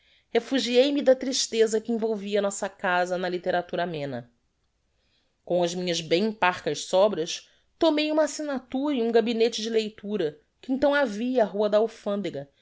meus refugiei me da tristeza que envolvia nossa casa na litteratura amena com as minhas bem parcas sobras tomei uma assignatura em um gabinete de leitura que então havia á rua da alfandega